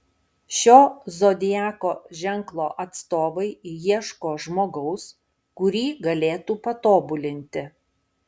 šio zodiako ženklo atstovai ieško žmogaus kurį galėtų patobulinti